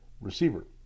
receiver